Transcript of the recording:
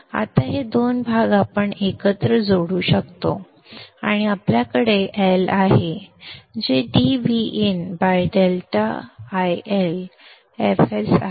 आता हे दोन भाग आपण एकत्र जोडू शकतो आणि आपल्याकडे L आहे जे dVin ∆ILfs आहे